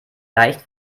leicht